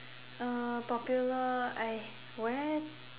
uh Popular I where